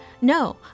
no